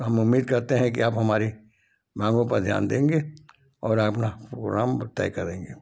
तो हम उम्मीद करते हैं कि आप हमारी मांगों पर ध्यान देंगे और प्रोग्राम तय करेंगे